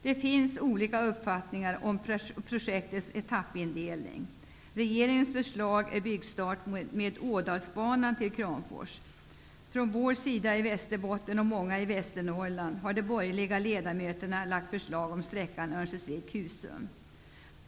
Det finns olika uppfattningar om etappindelningen i projektet. Regeringens förslag är att starta bygget med Ådalsbanan till Kramfors. Borgerliga ledamöter från Västerbotten och Västernorrland har lagt förslag om sträckan Örnsköldsvik--Husum.